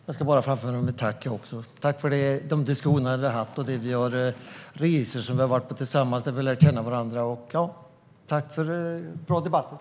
Fru talman! Jag ska också framföra mitt tack. Tack för de diskussioner vi har haft och de resor vi har varit på tillsammans då vi har lärt känna varandra. Tack för bra debatter!